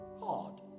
God